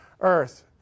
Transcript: earth